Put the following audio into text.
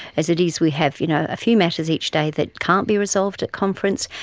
as it is, we have you know a few matters each day that can't be resolved at conference,